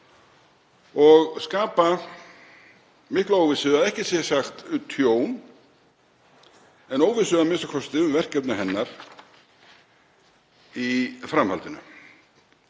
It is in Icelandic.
og skapa mikla óvissu, að ekki sé sagt tjón, en óvissu a.m.k. um verkefni hennar í framhaldinu,